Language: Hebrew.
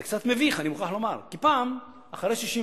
זה קצת מביך, אני מוכרח לומר, כי פעם, אחרי 67',